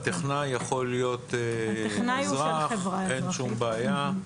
הטכנאי יכול להיות אזרח, אין שום בעיה.